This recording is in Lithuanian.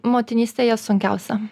motinystėje sunkiausia